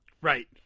Right